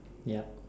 ya